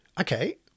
Okay